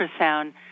ultrasound